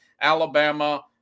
Alabama